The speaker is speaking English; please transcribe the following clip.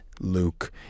Luke